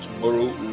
tomorrow